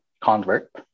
convert